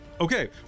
okay